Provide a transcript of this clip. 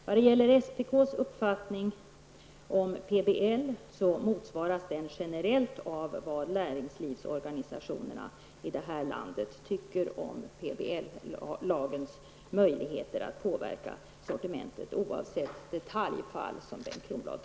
När det gäller SPKs uppfattning om PBL motsvaras den generellt av vad näringslivsorganisationerna här i landet tycker om PBL-lagens möjligheter att påverka sortimentet, oavsett detaljfall som Bengt